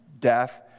death